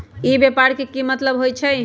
ई व्यापार के की मतलब होई छई?